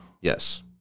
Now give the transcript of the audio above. Yes